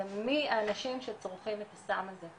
זה מי הם האנשים שצורכים את הסם הזה,